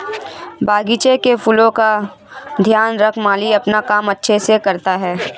बगीचे के फूलों का ध्यान रख माली अपना काम अच्छे से करता है